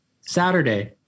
Saturday